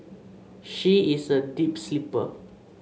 she is a deep sleeper